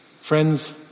Friends